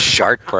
Shark